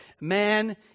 man